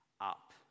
up